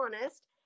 honest